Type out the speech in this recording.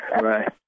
right